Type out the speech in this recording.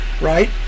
right